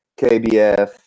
KBF